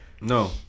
No